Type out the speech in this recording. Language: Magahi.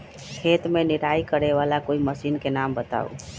खेत मे निराई करे वाला कोई मशीन के नाम बताऊ?